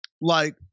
like-